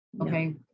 Okay